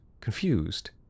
confused